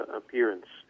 appearance